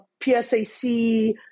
PSAC